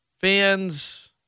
fans